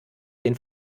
den